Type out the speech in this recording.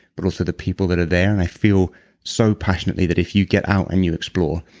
but also the people that are there and i feel so passionately that if you get out and you explore,